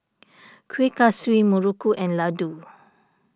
Kuih Kaswi Muruku and Laddu